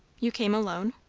you came alone?